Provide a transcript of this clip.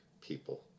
people